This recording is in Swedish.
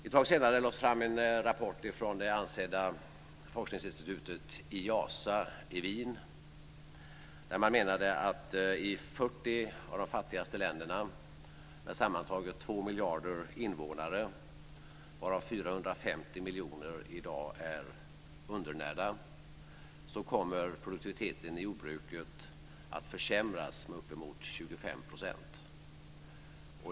Det lades också fram en rapport från det ansedda forskningsinstitutet IIASA i Wien, där man menade att i 40 av de fattigaste länderna med sammantaget 2 miljarder invånare, varav 450 miljoner i dag är undernärda, kommer produktiviteten i jordbruket att försämras med upp emot 25 %.